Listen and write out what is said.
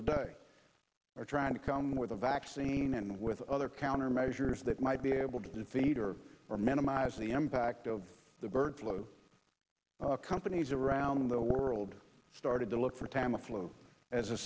today are trying to come with a vaccine and with other countermeasures that might be able to defeat or or minimize the impact of the bird flu companies around the world started to look for tamiflu as a